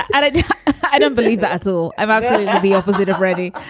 i don't believe that's all. i've i've the opposite of ready.